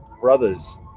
brothers